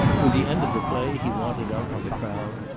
with the end of the play he wandered out with the crowd,